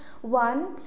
one